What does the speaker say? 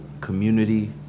community